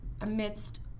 amidst